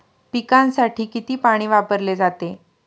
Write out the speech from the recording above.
पिकांसाठी किती पाणी वापरले जाते?